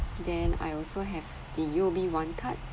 then I also have the U_O_B one card